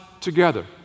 together